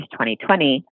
2020